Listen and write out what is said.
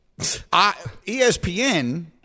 ESPN